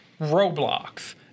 Roblox